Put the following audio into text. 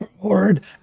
Lord